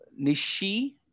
Nishi